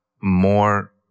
more